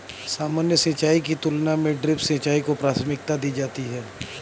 सामान्य सिंचाई की तुलना में ड्रिप सिंचाई को प्राथमिकता दी जाती है